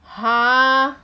!huh!